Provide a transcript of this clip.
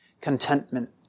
contentment